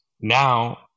Now